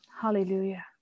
Hallelujah